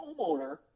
homeowner